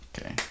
Okay